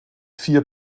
vier